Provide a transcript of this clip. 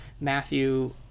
Matthew